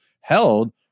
held